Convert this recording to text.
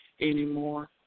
anymore